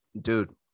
Dude